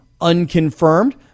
unconfirmed